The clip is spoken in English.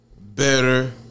better